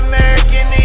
American